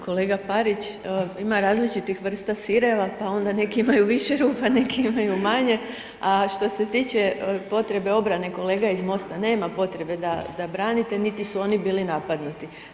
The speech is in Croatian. Kolega Parić, ima različitih vrsta sireva, pa onda neki imaju više rupa, neki imaju manje, a što se tiče potrebe obrane kolega iz MOST-a, nema potrebe da branite, niti su oni bili napadnuti.